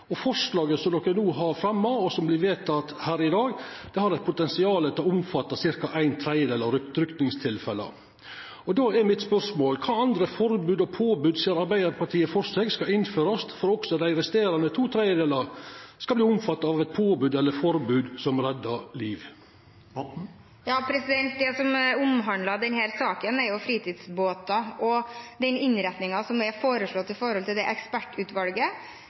og forslaget som no har vorte fremja, og som vert vedteke her i dag, har eit potensial til å omfatta ca. ein tredjedel av drukningstilfella. Då er mitt spørsmål: Kva andre forbod og påbod ser Arbeidarpartiet for seg skal innførast for at også dei resterande to tredjedelane skal verta omfatta av eit påbod eller forbod som reddar liv? Det denne saken omhandler, er jo fritidsbåter, og den innretningen som er foreslått fra ekspertutvalget, er rett og slett at påbudet skal gjelde for båter under åtte meter, utendørs og i